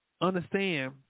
understand